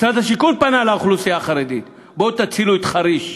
משרד השיכון פנה לאוכלוסייה החרדית: בואו תצילו את חריש,